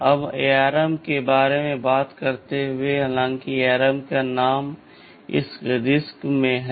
अब ARM के बारे में बात करते हुए हालाँकि ARM का नाम इस RISC में है